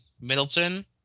Middleton